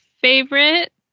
favorite